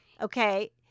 Okay